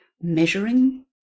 measuring